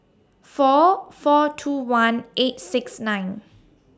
four four two one eight six nine